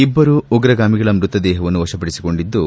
ಇಬ್ಲರು ಉಗ್ರಗಾಮಿಗಳ ಮೃತದೇಹವನ್ನು ವಶಪಡಿಸಿಕೊಂಡಿದ್ದು